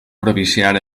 propiciar